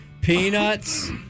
peanuts